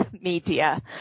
media